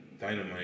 Dynamite